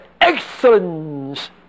excellence